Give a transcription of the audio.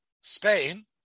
Spain